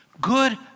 Good